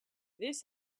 this